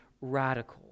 radical